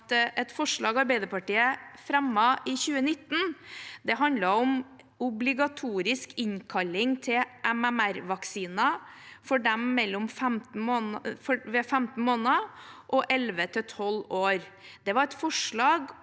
Arbeiderpartiet fremmet i 2019. Det handlet om obligatorisk innkalling til MMR-vaksinen ved 15 måneder og 11–12 år.